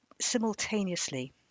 simultaneously